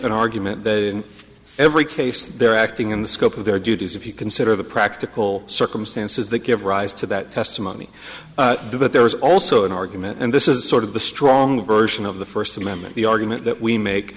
an argument that in every case they're acting in the scope of their duties if you consider the practical circumstances that give rise to that testimony but there is also an argument and this is sort of the stronger version of the first amendment the argument that we make